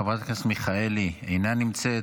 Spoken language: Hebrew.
חברת הכנסת מיכאלי, אינה נמצאת.